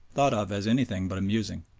thought of as anything but amusing.